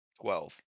twelve